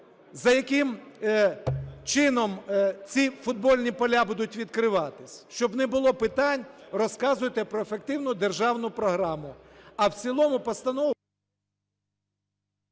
за яким чином ці футбольні поля будуть відкриватись, щоб не було питань, розказуйте про ефективну державну програму.